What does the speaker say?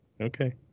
Okay